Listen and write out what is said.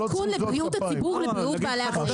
אלה שנתיים של סיכון לבריאות הציבור ולבריאות בעלי החיים.